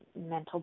mental